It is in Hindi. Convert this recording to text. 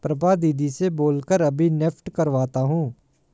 प्रभा दीदी से बोल कर अभी नेफ्ट करवाता हूं